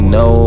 no